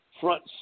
front